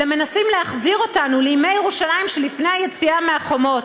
אלא מנסים להחזיר אותנו לימי ירושלים שלפני היציאה מהחומות,